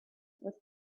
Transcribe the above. with